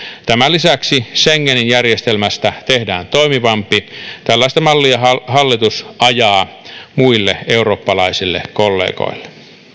tämän lisäksi schengen järjestelmästä tehdään toimivampi tällaista mallia hallitus ajaa muille eurooppalaisille kollegoille